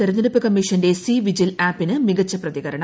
തെരഞ്ഞെടുപ്പ് കമ്മീഷന്റെ സ്ഥി പ്പിജിൽ ആപ്പിന് മികച്ച പ്രതികരണം